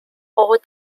all